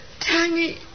tangy